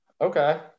okay